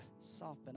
soften